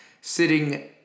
sitting